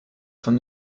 von